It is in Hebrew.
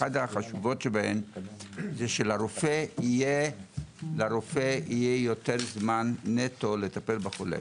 אחת החשובות שבהן היא שלרופא יהיה יותר זמן נטו לטפל בחולה.